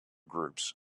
groups